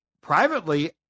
privately